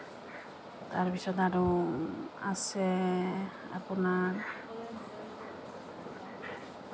তাৰপিছত আৰু আছে আপোনাৰ